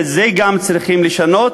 וגם את זה צריכים לשנות,